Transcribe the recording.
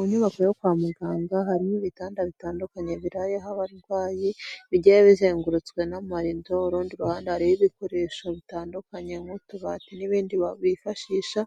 Mu nyubako yo kwa muganga harimo ibitanda bitandukanye birayeho abarwayi, bigiye bizengurutswe n'amarido, urundi ruhande hariho ibikoresho bitandukanye nk'utubati n'ibindi wakwifashisha,